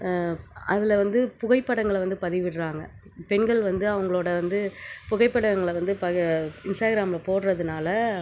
அதில் வந்து புகைப்படங்களை வந்து பதிவிடுறாங்க பெண்கள் வந்து அவங்களோட வந்து புகைப்படங்களை வந்து இன்ஸ்டாகிராமில் போடுறதுனால